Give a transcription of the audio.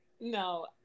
No